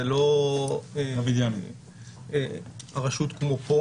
זה לא הרשות כמו פה.